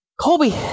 colby